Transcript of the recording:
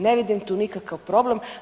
Ne vidim tu nikakav problem.